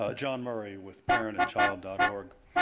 ah john murray with parent and child but org,